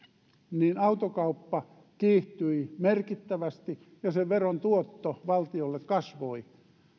niin autokauppa kiihtyi merkittävästi ja sen veron tuotto valtiolle kasvoi